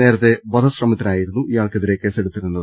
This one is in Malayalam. നേരത്തെ വധശ്രമത്തിനായിരുന്നു ഇയാൾക്കെതിരെ കേസെടുത്തിരുന്നത്